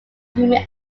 human